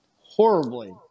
horribly